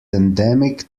endemic